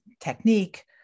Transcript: technique